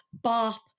bop